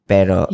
Pero